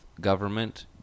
government